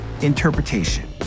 Interpretation